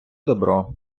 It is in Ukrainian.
добро